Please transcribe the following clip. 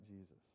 Jesus